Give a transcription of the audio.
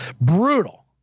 Brutal